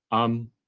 i'm